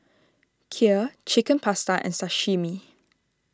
Kheer Chicken Pasta and Sashimi